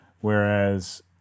whereas